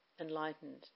enlightened